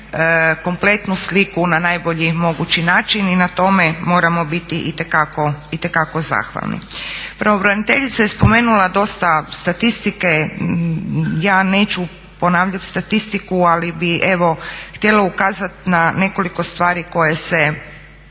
kompletnu sliku na najbolji mogući način i na tome moramo biti itekako zahvalni. Pravobraniteljica je spomenula dosta statistike. Ja neću ponavljat statistiku, ali bi evo htjela ukazat na nekoliko stvari koje se